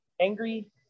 Angry